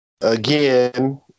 again